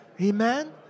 Amen